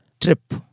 trip